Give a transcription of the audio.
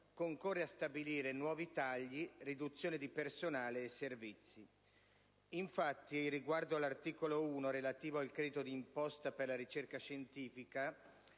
concorre a stabilire nuovi tagli, riduzione di personale e servizi. Infatti, riguardo all'articolo 1, relativo al credito d'imposta per la ricerca scientifica,